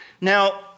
Now